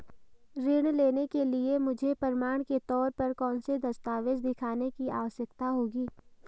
ऋृण लेने के लिए मुझे प्रमाण के तौर पर कौनसे दस्तावेज़ दिखाने की आवश्कता होगी?